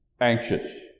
anxious